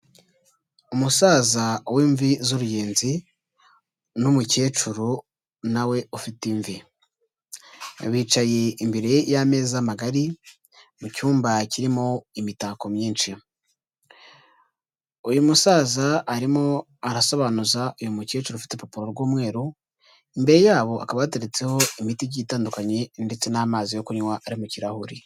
Umusaza w'imvi z'uruyenzi, n'umukecuru nawe ufite imvi, bicaye imbere y'ameza magari, mu cyumba kirimo imitako myinshi. Uyu musaza arimo arasobanuza uyu mukecuru ufite uruparo rw'umweru, imbere y'abo hakaba hateretseho imiti igiye itandukanye ndetse n'amazi yo kunywa ari mu kirahuri.